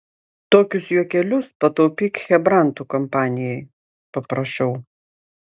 tokius juokelius pataupyk chebrantų kompanijai paprašau